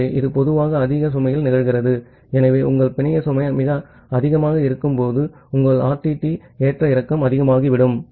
ஆகவே இது பொதுவாக அதிக சுமையில் நிகழ்கிறது ஆகவே உங்கள் நெட்ஒர்க் சுமை மிக அதிகமாக இருக்கும்போது உங்கள் RTT ஏற்ற இறக்கம் அதிகமாகிவிடும்